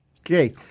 Okay